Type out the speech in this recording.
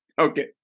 Okay